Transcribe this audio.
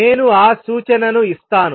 నేను ఆ సూచనను ఇస్తాను